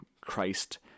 Christ